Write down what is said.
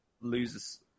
loses